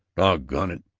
doggone it,